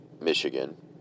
Michigan